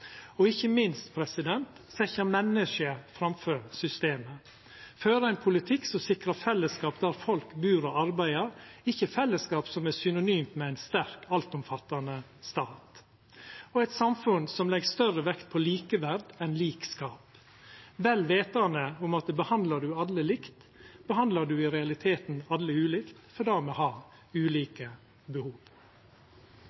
og ikkje minst det å setja menneske framfor systemet, føra ein politikk som sikrar fellesskap der folk bur og arbeider, ikkje fellesskap som er synonymt med ein sterk altomfattande stat, og eit samfunn som legg større vekt på likeverd enn likskap, vel vitande om at behandlar ein alle likt, behandlar ein i realiteten alle ulikt, fordi me har